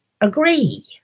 agree